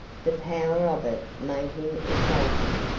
the power of it made him exultant.